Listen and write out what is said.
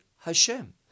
Hashem